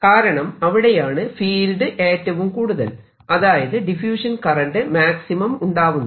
കാരണം അവിടെയാണ് ഫീൽഡ് ഏറ്റവും കൂടുതൽ അതായത് ഡിഫ്യൂഷൻ കറന്റ് മാക്സിമം ഉണ്ടാവുന്നത്